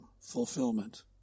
fulfillment